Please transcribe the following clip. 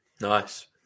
Nice